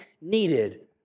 needed